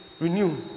renew